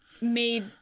made